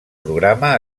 programa